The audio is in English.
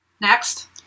Next